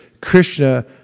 Krishna